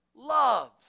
loves